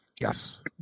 Yes